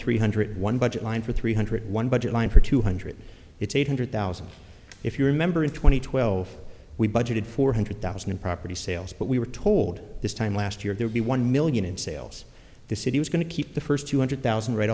three hundred one budget line for three hundred one budget line for two hundred it's eight hundred thousand if you remember in two thousand and twelve we budgeted four hundred thousand in property sales but we were told this time last year they would be one million in sales the city was going to keep the first two hundred thousand right